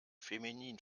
feminin